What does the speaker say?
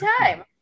time